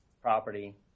property